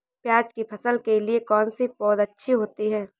प्याज़ की फसल के लिए कौनसी पौद अच्छी होती है?